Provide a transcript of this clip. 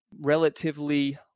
relatively